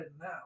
now